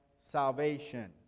salvation